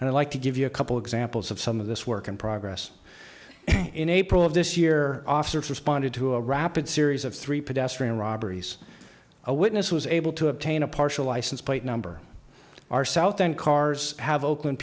and i'd like to give you a couple examples of some of this work in progress in april of this year officers responded to a rapid series of three pedestrian robberies a witness was able to obtain a partial license plate number are south and cars have oakland